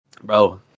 Bro